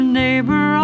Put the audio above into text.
neighbor